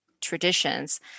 traditions